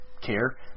care